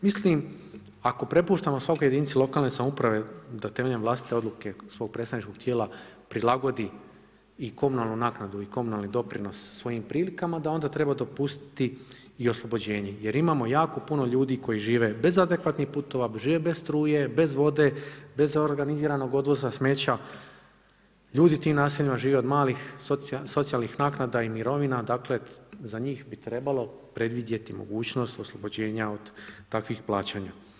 Mislim, ako prepuštamo svakoj jedinici lokalne samouprave da temeljem vlastite odluke svog predstavničkog tijela prilagodi i komunalnu naknadu i komunalni doprinos svojim prilikama da onda treba dopustiti i oslobođenje jer imamo jako puno ljudi koji žive bez adekvatnih puteva, žive bez struje, bez vode, bez organiziranog odvoza smeća, ljudi u tim naseljima žive od malih socijalnih naknada i mirovina, dakle za njih bi trebalo predvidjeti mogućnost oslobođenja od takvih plaćanja.